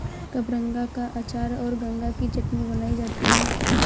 कबरंगा का अचार और गंगा की चटनी बनाई जाती है